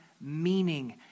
meaning